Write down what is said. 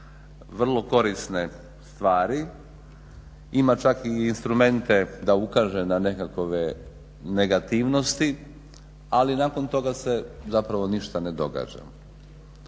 vrlo korisne stvari, ima čak i instrumente da ukaže na nekakve negativnosti ali nakon toga se zapravo ništa ne događa.